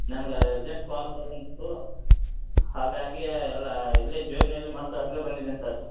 ನನ್ಗ urgent call ಬಂತು ಹಾಗಾಗಿ ಎಲ್ಲಾ ಇಲ್ಲೆ ಜೇಬ್ನಲ್ಲಿ ಮರ್ತು ಹಂಗೆ ಬಂದಿದ್ದೀನಿ ಸರ್